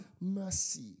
Mercy